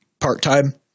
part-time